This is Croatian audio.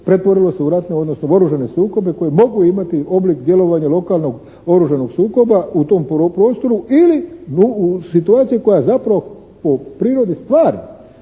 pretvorilo se u ratne, odnosno oružane sukobe koji mogu imati oblik djelovanja lokalnog oružanog sukoba u tom prostoru ili u situaciji koja zapravo po prirodi stvari